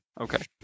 Okay